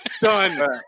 Done